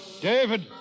David